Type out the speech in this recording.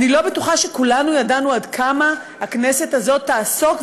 אני לא בטוחה שכולנו ידענו עד כמה הכנסת הזאת תעסוק,